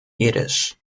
yiddish